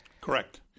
Correct